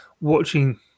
watching